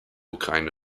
ukraine